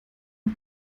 nur